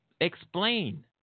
explain